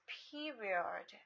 period